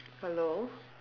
hello